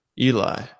Eli